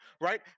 right